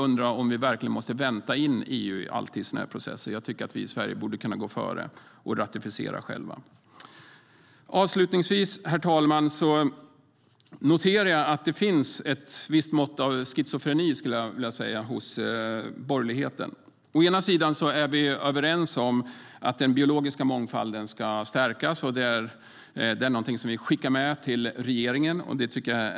Måste vi alltid vänta in EU i sådana processer? Sverige borde kunna gå före och ratificera själva. Avslutningsvis noterar jag att det finns ett visst mått av schizofreni hos borgerligheten. Å ena sidan är vi överens om att den biologiska mångfalden ska stärkas, och det skickar vi med till regeringen. Det är bra.